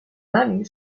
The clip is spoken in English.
money